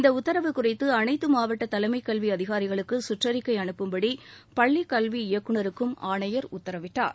இந்த உத்தரவு குறித்து அனைத்து மாவட்ட தலைமைக் கல்வி அதிகாரிகளுக்கு கற்றறிக்கை அனுப்பும்படி பள்ளிக் கல்வி இயக்குநருக்கும் ஆணையர் உத்தரவிட்டார்